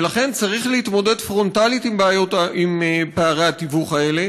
ולכן צריך להתמודד פרונטלית עם פערי התיווך האלה,